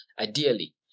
Ideally